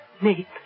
Nate